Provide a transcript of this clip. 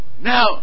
Now